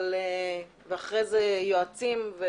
ואחר כך יועצים.